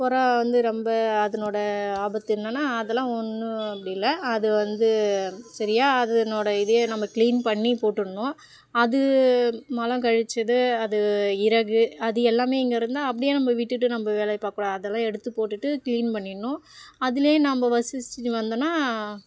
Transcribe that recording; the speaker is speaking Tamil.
புறா வந்து ரொம்ப அதனோட ஆபத்து என்னென்னா அதெல்லாம் ஒன்றும் அப்படி இல்லை அது வந்து சரியாக அதனோட இதையே நம்ம க்ளீன் பண்ணி போட்டுடணும் அது மலம் கழித்தது அது இறகு அது எல்லாமே இங்கே இருந்தால் அப்படியே நம்ம விட்டுட்டு நம்ம வேலையை பார்க்கக் கூடாது அதெலாம் எடுத்துப் போட்டுட்டு க்ளீன் பண்ணிடணும் அதிலயே நம்ம வசிச்சிட்டு வந்தோம்னா